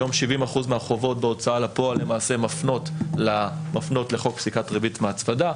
היום 70% מהחובות בהוצאה לפועל מפנות לחוק פסיקת ריבית והצמדה.